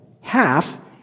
half